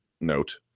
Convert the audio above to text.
note